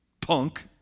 punk